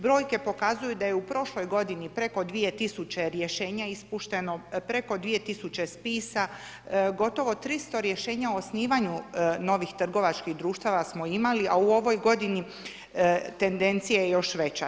Brojke pokazuju da je u prošloj godini preko 2 tisuće rješenja ispušteno, preko 2 tisuće spisa, gotovo 300 rješenja o osnivanju novih trgovačkih društava smo imali a u ovoj godini tendencija je još veća.